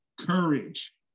courage